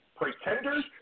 pretenders